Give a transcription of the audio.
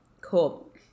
Cool